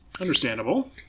Understandable